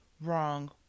wrong